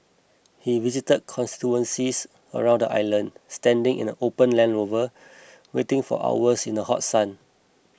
he visited constituencies around the island standing in an open Land Rover waiting for hours in the hot sun